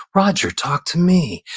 roger, talk to me.